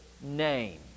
name